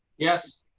yes,